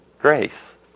grace